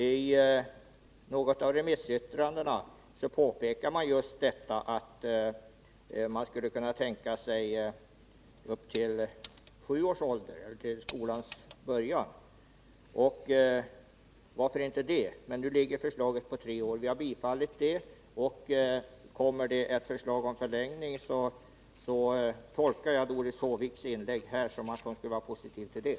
I något av remissyttrandena påpekas just att man skulle kunna tänka sig en gräns vid sju års ålder, när skolan börjar — och varför inte? Men nu ligger förslaget på tre år, och vi har tillstyrkt det. Jag tolkar dock Doris Håviks inlägg här så, att om det kommer ett förslag om förlängning, är hon positiv till det.